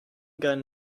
gun